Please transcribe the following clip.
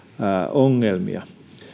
ongelmia